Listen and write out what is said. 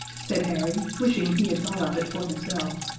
said harry, wishing he had thought of it for himself,